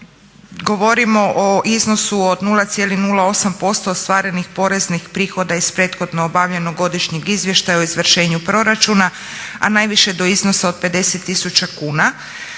4.govorimo o iznosu od 0,08% ostvarenih poreznih prihoda iz prethodno obavljenog godišnjeg izvještaja o izvršenju proračuna, a najviše do iznosa od 50 tisuća kuna.